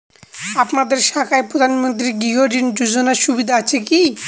আপনাদের শাখায় প্রধানমন্ত্রী গৃহ ঋণ যোজনার সুবিধা আছে কি?